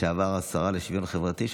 לשעבר השרה לשוויון חברתי,